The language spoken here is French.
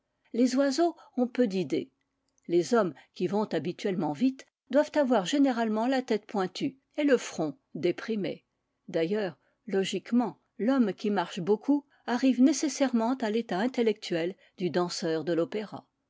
les oiseaux ont peu d'idées les hommes qui vont habituellement vite doivent avoir généralement la tête pointue et le front déprimé d'ailleurs logiquement l'homme qui marche beaucoup arrive nécessairement à l'état intellectuel du danseur de l'opéra